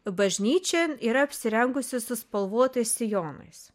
bažnyčią yra apsirengusi su spalvotais sijonais